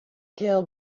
kill